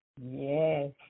Yes